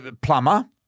plumber